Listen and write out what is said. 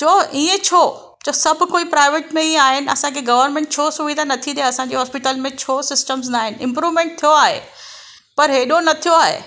जो इअं छो त सभु कोई प्रायवेट में ई आहिनि असांखे गवर्मेंट छो सुविधा नथी ॾिए असांखे हॉस्पिटल में छो सिस्टम्स नाहिनि इंप्रुवमेंट थियो आहे पर हेॾो न थियो आहे